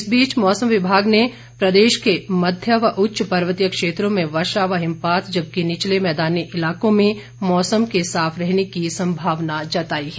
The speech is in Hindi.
इस बीच मौसम विभाग ने प्रदेश के मध्य व उच्च पर्वतीय क्षेत्रों में वर्षा व हिमपात जबकि निचले मैदानी इलाकों में मौसम के साफ रहने की संभावना जताई है